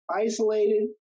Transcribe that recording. isolated